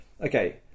okay